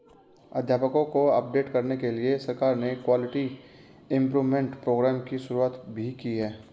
अध्यापकों को अपडेट करने के लिए सरकार ने क्वालिटी इम्प्रूव्मन्ट प्रोग्राम की शुरुआत भी की है